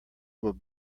will